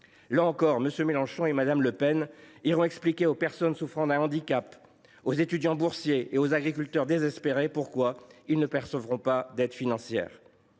Là encore, M. Mélenchon et Mme Le Pen devront expliquer aux personnes souffrant d’un handicap, aux étudiants boursiers et aux agriculteurs désespérés pourquoi ils ne percevront pas d’aide financière.